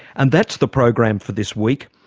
and that's the program for this week.